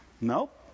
Nope